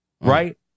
Right